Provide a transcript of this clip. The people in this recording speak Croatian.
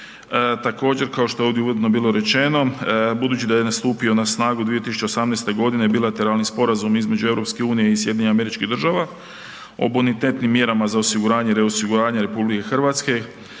Također, kao što je ovdje uvodno bilo rečeno, budući da je nastupio na snagu 2018. g. Bilateralni sporazum između EU i SAD-a o bonitetnim mjerama za osiguranje, reosiguranje RH kao i sve